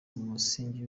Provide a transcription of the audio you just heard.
umusingi